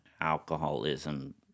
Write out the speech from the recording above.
alcoholism